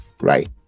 right